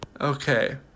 okay